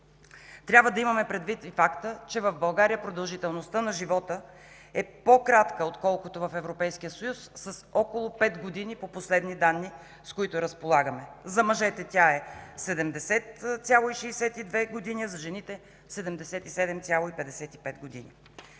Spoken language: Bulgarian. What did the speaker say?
Трябва да имаме предвид и факта, че в България продължителността на живота е по-кратка, отколкото в Европейския съюз, с около пет години по последни данни, с които разполагаме. За мъжете тя е 70,62 години, а за жените 77,55 години.